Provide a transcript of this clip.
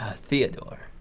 ah theodore.